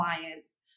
clients